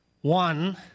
One